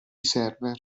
server